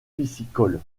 piscicole